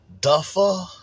Duffer